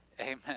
amen